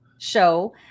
Show